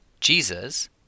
Jesus